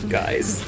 guys